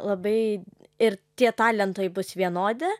labai ir tie talentai bus vienodi